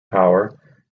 power